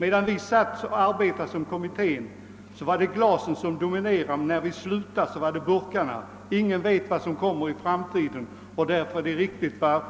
Medan kommittén arbetade var det glasen som dominerade i början, men när vi slutade vårt arbete var det burkarna. Ingen vet vad som kommer i framtiden. Därför är det riktigt som